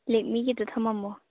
ꯂꯦꯛꯃꯤꯒꯤꯗꯨ ꯊꯝꯃꯝꯃꯣ